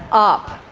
up.